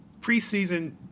preseason